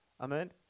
amen